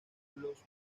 los